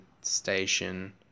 station